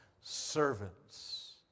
servants